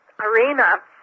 arena